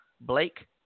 Blake